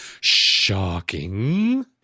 shocking